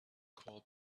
call